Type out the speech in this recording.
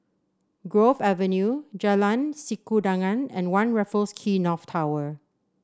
Grove Avenue Jalan Sikudangan and One Raffles Quay North Tower